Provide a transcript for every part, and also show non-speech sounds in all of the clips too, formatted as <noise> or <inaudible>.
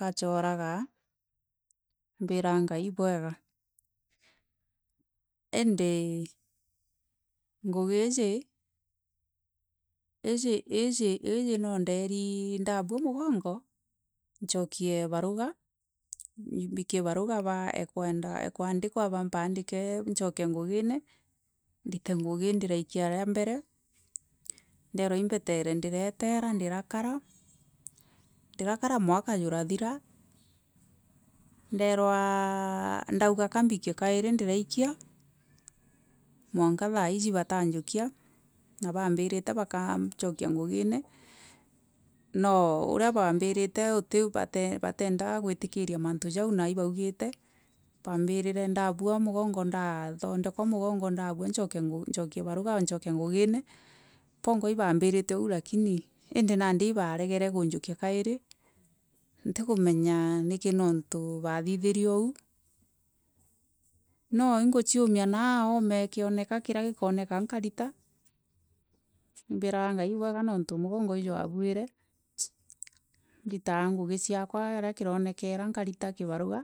Kachooraga, imbiiraga ngai ibwega indii ngugi iji <hesitation> iji iji iji ndeeri ndabua mugongo ncookie baruga mbikee ba- ikwnda ekwenda kwandikwa ba mpandiike ncooke ngugine. Ndite ngugi ndiraikia ria mbere ndeerwa imbetoora ndiraetera ndirakara ndiraka mwaka jurathira nderwaaa ndauga ka mbikie kairi ndiraikia mwanka thaiiji batanjukia na ba mbirite bancokia ngugine no uria baambirite utiu bateendaga gutikiria mantu jau na ibaugiite baambirire ndabu mugongo ndathoneokwa mugongo ndabua ncookee baruga ncooke, ngugine boongwa ibaambirite au indi nandi ibaregere unjuki kairi ntikumenya niki tantu baathitherie oa no inkucuumia naa ome kioneka kiria gikaoneka nkaarita. Imbiraa ngai ibwega niuntu mugongo ijwaabwire inditaga ngugi ciakwa aria kiraonekera nkarita kibaraga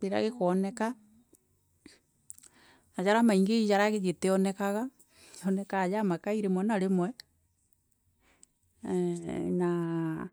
riria gikooneka na jaria maingi i jaria gilionekaga kionekaa jamakai rimwe na rimwe eeh naaa.